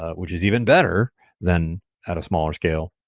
ah which is even better than at a smaller scale,